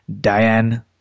diane